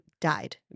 died